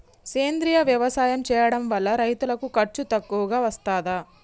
సేంద్రీయ వ్యవసాయం చేయడం వల్ల రైతులకు ఖర్చు తక్కువగా వస్తదా?